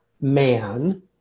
man